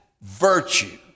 virtue